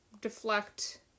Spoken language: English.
deflect